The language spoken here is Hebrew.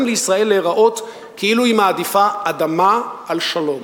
לישראל להיראות כאילו היא מעדיפה אדמה על שלום.